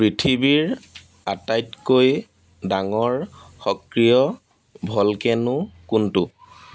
পৃথিৱীৰ আটাইতকৈ ডাঙৰ সক্ৰিয় ভলকেনো কোনটো